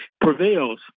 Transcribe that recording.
prevails